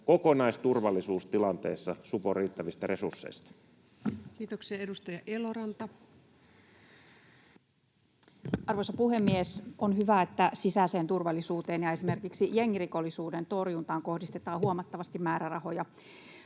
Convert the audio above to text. kokonaisturvallisuustilanteessa supon riittävistä resursseista? Kiitoksia. — Edustaja Eloranta. Arvoisa puhemies! On hyvä, että sisäiseen turvallisuuteen ja esimerkiksi jengirikollisuuden torjuntaan kohdistetaan huomattavasti määrärahoja.